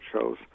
shows